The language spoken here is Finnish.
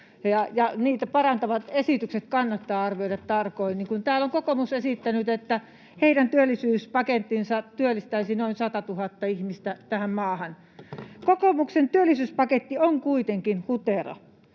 parantavat esitykset kannattaa arvioida tarkoin, niin kuin se, kun täällä on kokoomus esittänyt, että heidän työllisyyspakettinsa työllistäisi noin 100 000 ihmistä tähän maahan. Kokoomuksen työllisyyspaketti on kuitenkin hutera.